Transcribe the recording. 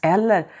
Eller